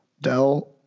Dell